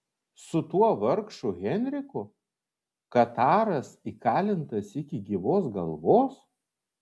su tuo vargšu henriku kataras įkalintas iki gyvos galvos